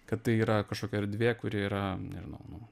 kad tai yra kažkokia erdvė kuri yra nežinau nu